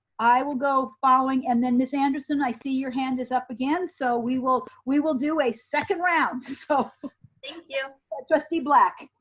i will go following, and then ms. anderson, i see your hand is up again, so we will we will do a second round. thank you trustee black.